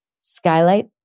Skylight